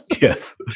Yes